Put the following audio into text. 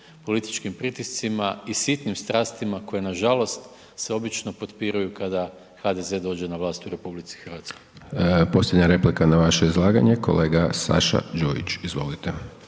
političkim pritiscima i sitnim strastima koje nažalost se obično potpiruju kada HDZ dođe na vlast u RH. **Hajdaš Dončić, Siniša (SDP)** Posljednja replika na vaše izlaganje, kolega Saša Đujić. Izvolite.